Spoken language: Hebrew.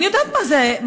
אני יודעת מה זה,